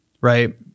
right